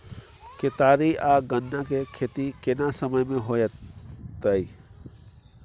केतारी आ गन्ना के खेती केना समय में होयत या?